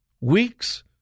weeks